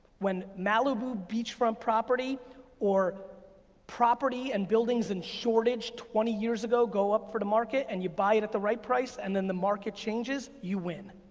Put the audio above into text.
when malibu beachfront property or property and buildings in shortage twenty years ago go up for the market, and you buy it at the right price, and then the market changes, you win.